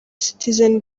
citizen